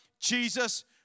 Jesus